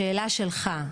לשאלה שלך: